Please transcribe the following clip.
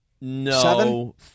no